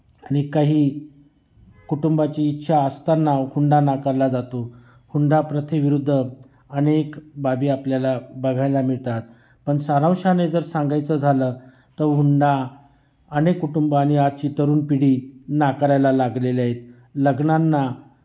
आणि काही कुटुंबाची इच्छा असताना हुंडा नाकारला जातो हुंडा प्रथेविरुद्ध अनेक बाबी आपल्याला बघायला मिळतात पण सारांशाने जर सांगायचं झालं तर हुंडा अनेक कुटुंब आणि आजची तरुण पिढी नाकारायला लागलेले आहेत लग्नांना